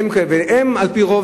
ועל-פי רוב,